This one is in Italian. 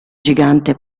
gigante